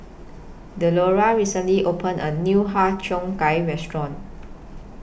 Delora recently opened A New Har Cheong Gai Restaurant